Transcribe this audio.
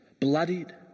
Bloodied